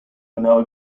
now